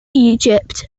egypt